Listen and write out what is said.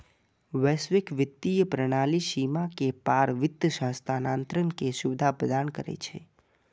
वैश्विक वित्तीय प्रणाली सीमा के पार वित्त हस्तांतरण के सुविधा प्रदान करै छै